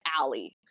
alley